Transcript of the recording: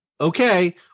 Okay